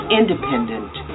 independent